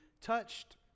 touched